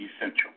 essential